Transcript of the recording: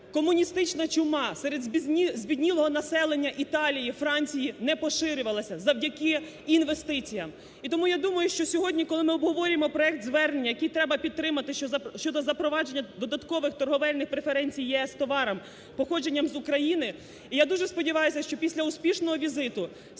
комуністична чума серед збіднілого населення Італії, Франції не поширювалася завдяки інвестиціям. І тому я думаю, що сьогодні, коли ми обговорюємо проект Звернення, який треба підтримати, щодо запровадження додаткових торговельних преференцій ЄС товарам, походженням з України, я дуже сподіваюся, що після успішного візиту спікера